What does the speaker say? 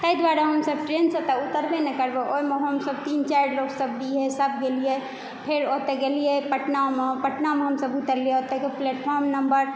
ताहि दुआरे हमसभ ट्रेनसँ तऽ उतरबे नहि करबौ ओहिमे हमसभ तीन चारि लोकसभ गेलियै फेर ओतय गेलियै पटनामे पटनामे हमसभ उतरलियै ओतेक प्लेटफॉर्म नम्बर